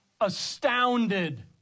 Astounded